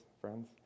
friends